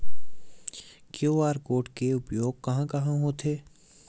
QR code के उपयोग कहां कहां होथे?